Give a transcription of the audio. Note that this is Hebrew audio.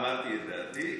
אמרתי את דעתי.